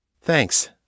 Thanks